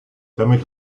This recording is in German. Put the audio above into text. damit